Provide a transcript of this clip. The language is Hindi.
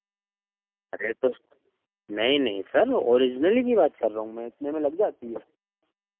अरे तो नहीं नहीं सर ऑरिजनल की बात कर रहा हूँ मैं इतने में लग जाती है